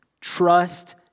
trust